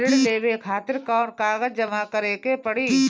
ऋण लेवे खातिर कौन कागज जमा करे के पड़ी?